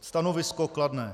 Stanovisko kladné.